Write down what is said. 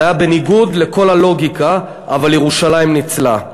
זה היה בניגוד לכל הלוגיקה, אבל ירושלים ניצלה.